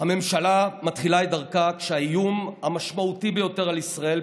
הממשלה מתחילה את דרכה כשהאיום המשמעותי ביותר על ישראל,